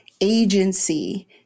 agency